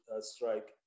strike